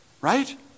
right